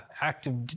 active